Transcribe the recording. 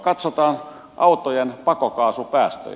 katsotaan autojen pakokaasupäästöjä